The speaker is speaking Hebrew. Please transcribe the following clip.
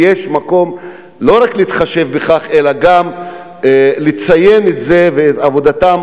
יש מקום לא רק להתחשב בכך אלא גם לציין את זה ואת עבודתם